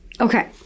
Okay